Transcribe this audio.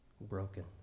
broken